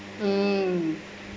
mm